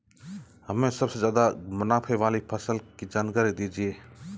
हमें सबसे ज़्यादा मुनाफे वाली फसल की जानकारी दीजिए